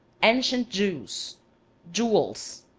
ancient jews jewels.